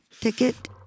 ticket